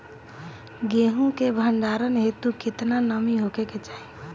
गेहूं के भंडारन हेतू कितना नमी होखे के चाहि?